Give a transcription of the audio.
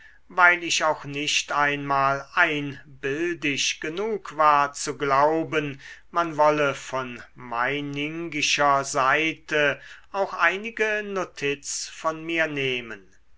weil ich auch nicht einmal einbildisch genug war zu glauben man wolle von meiningischer seite auch einige notiz von mir nehmen